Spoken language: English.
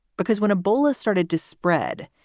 because when ebola started to spread,